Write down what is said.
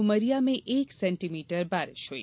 उमरिया में एक एक सेण्टीमीटर बारिश हुई